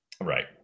Right